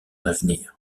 avenir